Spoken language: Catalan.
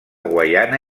guaiana